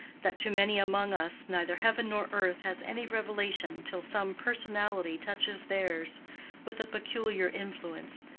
that to many among us neither heaven nor earth has any revelation till some personality touches theirs with a peculiar influence,